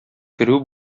керү